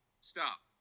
Stop